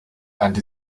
and